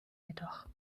jedoch